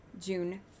June